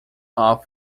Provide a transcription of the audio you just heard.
are